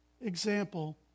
example